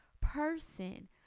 person